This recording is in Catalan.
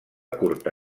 curta